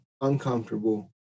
uncomfortable